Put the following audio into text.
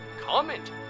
comment